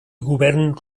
govern